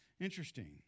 Interesting